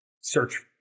search